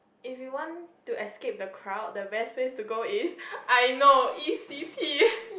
if you want to escape the crowd the best place to go is I know e_c_p